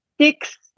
six